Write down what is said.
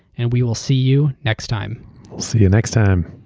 and we will see you next time. see you next time.